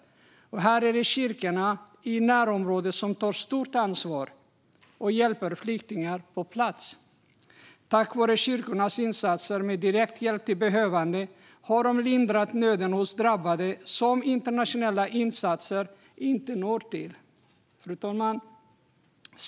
Här är det kyrkor i närområdet som tar stort ansvar och hjälper flyktingar på plats. Tack vare kyrkornas insatser med direkt hjälp till behövande har man lindrat nöden hos drabbade som internationella insatser inte når fram till.